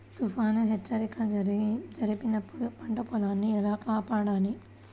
తుఫాను హెచ్చరిక జరిపినప్పుడు పంట పొలాన్ని ఎలా కాపాడాలి?